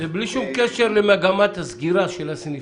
זה בלי שום קשר למגמת הסגירה של הסניפים.